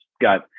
got